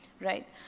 right